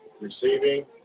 Receiving